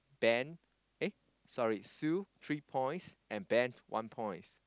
ben eh sorry Sue three points and Ben one point